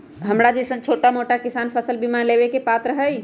हमरा जैईसन छोटा मोटा किसान फसल बीमा लेबे के पात्र हई?